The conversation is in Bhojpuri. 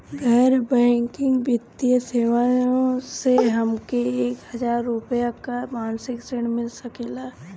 गैर बैंकिंग वित्तीय सेवाएं से हमके एक हज़ार रुपया क मासिक ऋण मिल सकेला?